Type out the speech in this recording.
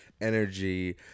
energy